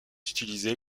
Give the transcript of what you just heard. utilisé